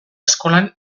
eskolan